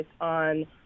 on